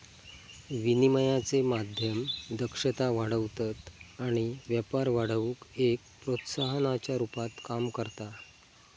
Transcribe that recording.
विनिमयाचे माध्यम दक्षता वाढवतत आणि व्यापार वाढवुक एक प्रोत्साहनाच्या रुपात काम करता